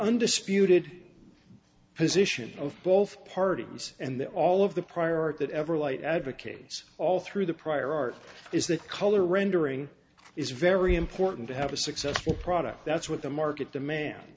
undisputed position of both parties and the all of the prior art that ever light advocates all through the prior art is the color rendering is very important to have a successful product that's what the market demand